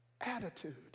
attitude